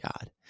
God